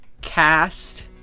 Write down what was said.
cast